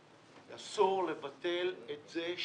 עצמה זה יתפרס וילך ל-1.25%.